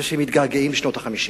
זה שמתגעגעים לשנות ה-50.